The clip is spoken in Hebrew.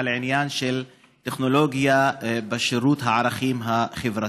על עניין של טכנולוגיה בשירות הערכים החברתיים.